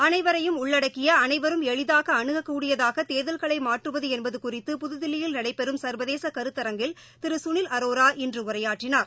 அனைவரையும் உள்ளடக்கிய அனைவரும் எளிதாக அணுகக் கூடியதாக தேர்தல்களை மாற்றுவது என்பது குறித்து புதுதில்லியில் நடைபெறும் சா்வதேச கருத்தரங்கில் திரு கனில் அரோரா இன்று உரையாற்றினார்